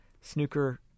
snooker